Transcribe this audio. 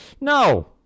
No